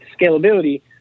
scalability